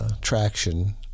traction